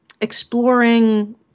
exploring